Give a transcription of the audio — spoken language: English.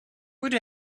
would